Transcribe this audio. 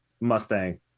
mustang